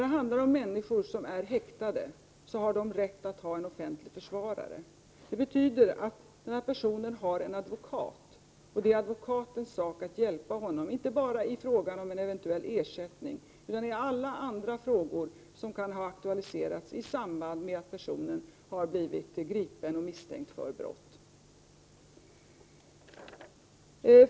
En människa som är häktad har rätt till offentlig försvarare. Det betyder att personen har en advokat. Det är advokatens sak att hjälpa vederbörande, inte bara i fråga om en eventuell ersättning utan i alla andra frågor som kan aktualiseras i samband med att personen blir gripen och misstänkt för brott.